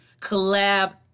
collab